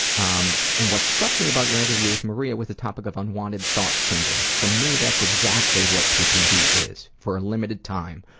um and what struck me about your interview with maria was the topic of unwanted thoughts syndrome. for me, that's exactly what ppd is. for a limited time,